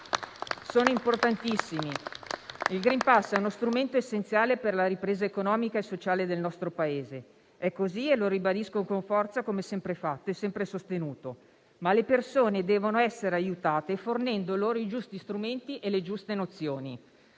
sono importantissimi. Il *green pass* è uno strumento essenziale per la ripresa economica e sociale del nostro Paese. È così e lo ribadisco con forza, come ho sempre fatto e sempre sostenuto. Ma le persone devono essere aiutate, fornendo loro i giusti strumenti e le giuste nozioni.